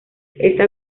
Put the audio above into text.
esta